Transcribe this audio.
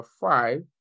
five